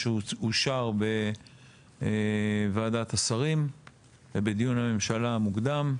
שאושר בוועדת השרים ובדיון הממשלה המוקדם.